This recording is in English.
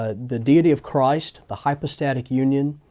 ah the deity of christ, the hypostatic union,